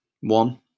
one